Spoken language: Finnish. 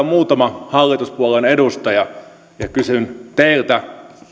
muutama hallituspuolueen edustaja kysyn teiltä